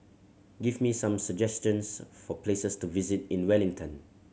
give me some suggestions for places to visit in Wellington